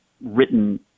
written